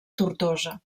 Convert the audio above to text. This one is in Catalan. tortosa